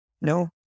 No